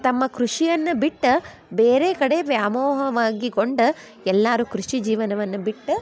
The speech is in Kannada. ತಮ್ಮ ಕೃಷಿಯನ್ನ ಬಿಟ್ಟ ಬೇರೆ ಕಡೆ ವ್ಯಾಮೋಹವಾಗಿಗೊಂಡ ಎಲ್ಲರೂ ಕೃಷಿ ಜೀವನವನ್ನ ಬಿಟ್ಟ